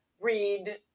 read